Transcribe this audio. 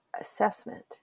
assessment